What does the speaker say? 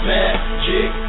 Magic